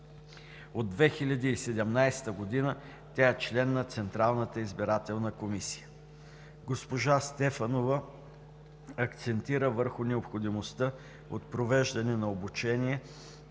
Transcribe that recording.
От 2017 г. тя е член на Централната избирателна комисия. Госпожа Стефанова акцентира върху необходимостта от провеждане на обучения,